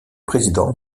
président